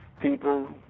people